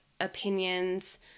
opinions